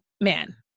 Man